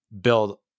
build